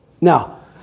Now